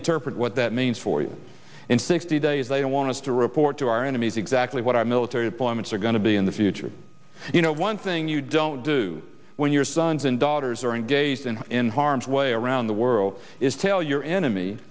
interpret what that means for you in sixty days i don't want us to report to our enemies exactly what our military deployments are going to be in the future you know one thing you don't do when your sons and daughters are engaged in in harm's way around the world is tell your enemy